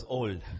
old